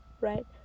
right